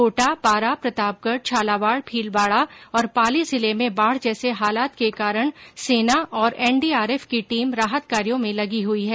कोटा बारा प्रतापगढ झालावाड भीलवाडा और पाली जिले में बाढ़ जैसे हालात के कारण सेना और एनडीआरएफ की टीम राहत कार्यो में लगी हुई है